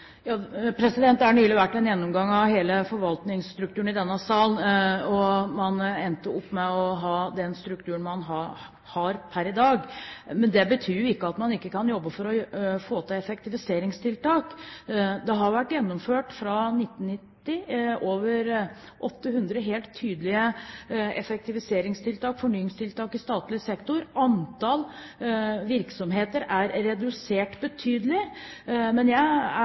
Det har nylig i denne sal vært en gjennomgang av hele forvaltningsstrukturen, og man endte opp med å ha den strukturen man har per i dag. Men det betyr jo ikke at man ikke kan jobbe for å få til effektiviseringstiltak. Det har fra 1990 vært registrert over 800 vesentlige effektiviseringstiltak, fornyingstiltak, i statlig sektor. Antallet virksomheter er redusert betydelig. Men jeg